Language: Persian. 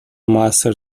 موثر